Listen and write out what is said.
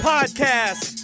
Podcast